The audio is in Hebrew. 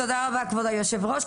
תודה רבה כבוד היושב ראש,